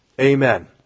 Amen